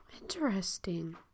Interesting